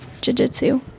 jiu-jitsu